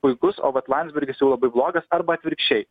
puikus o vat landsbergis jau labai blogas arba atvirkščiai